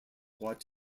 what